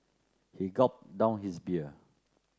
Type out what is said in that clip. he gulped down his beer